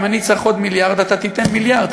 אם אני צריך עוד מיליארד אתה תיתן מיליארד,